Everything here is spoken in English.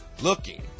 looking